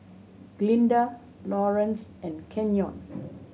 Glinda Laurance and Kenyon